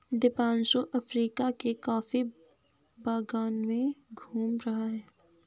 Deepanshu Africa के coffee बागान में घूम रहा है